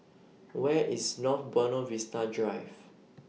Where IS North Buona Vista Drive